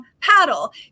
paddle